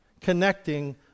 connecting